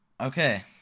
Okay